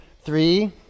Three